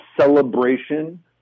celebration